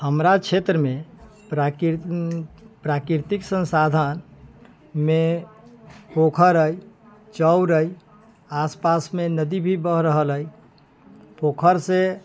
हमरा क्षेत्रमे प्राकृतिक संसाधनमे पोखरि अछि चौर अछि आसपासमे नदी भी बहि रहल अछि पोखरि से